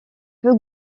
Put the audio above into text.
peu